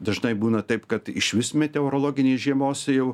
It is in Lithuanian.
dažnai būna taip kad išvis meteorologinės žiemos jau